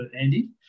Andy